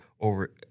over